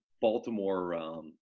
Baltimore –